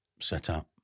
setup